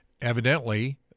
Evidently